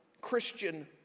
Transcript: Christian